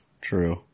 true